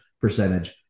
percentage